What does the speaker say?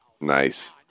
Nice